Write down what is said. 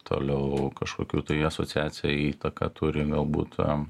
toliau kažkokių tai asociacija įtaką turi galbūt tam